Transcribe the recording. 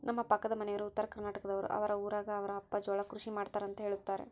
ನಮ್ಮ ಪಕ್ಕದ ಮನೆಯವರು ಉತ್ತರಕರ್ನಾಟಕದವರು, ಅವರ ಊರಗ ಅವರ ಅಪ್ಪ ಜೋಳ ಕೃಷಿ ಮಾಡ್ತಾರೆಂತ ಹೇಳುತ್ತಾರೆ